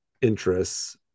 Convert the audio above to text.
interests